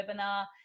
webinar